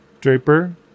Draper